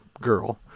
girl